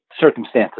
circumstances